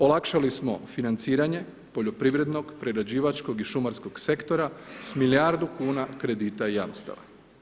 Olakšali smo financiranje poljoprivrednog, prerađivačkog i šumarskog sektora s milijardu kuna kredita i jamstava.